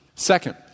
Second